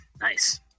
Nice